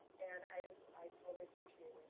and i i totally appreciate